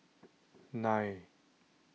nine